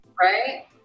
right